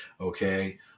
okay